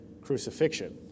crucifixion